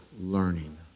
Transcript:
learning